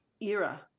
era